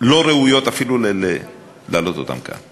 לא ראויות אפילו להעלות אותן כאן.